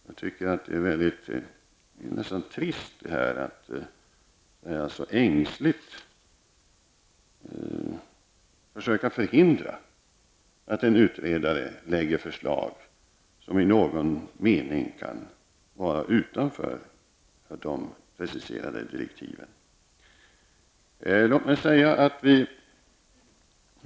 Jag tycker att det är nästan trist att man så ängsligt försöker förhindra att en utredare lägger fram förslag som i någon mening kan ligga utanför de preciserade direktiven.